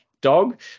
dog